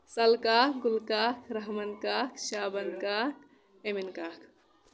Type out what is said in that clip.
سَلہٕ کاک گُلہٕ کاک رحمان کاک شابان کاک امیٖن کاک